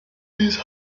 these